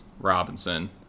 Robinson